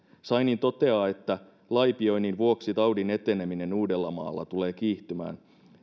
scheinin toteaa että laipioinnin vuoksi taudin eteneminen uudellamaalla tulee kiihtymään